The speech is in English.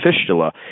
fistula